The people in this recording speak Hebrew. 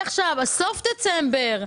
בסוף דצמבר,